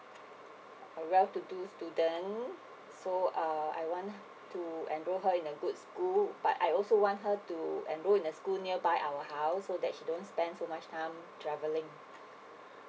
I'm well too then so uh I want to enroll her in a good school but I also want her to enroll in a school nearby our house so that she don't spend so much time travelling